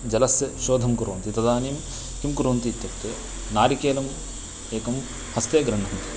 जलस्य शोधं कुर्वन्ति तदानीं किं कुर्वन्ति इत्युक्ते नारिकेलम् एकं हस्ते ग्रह्णन्ति